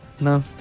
No